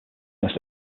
most